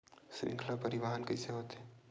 श्रृंखला परिवाहन कइसे होथे?